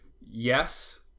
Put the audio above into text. yes